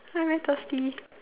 I very thirsty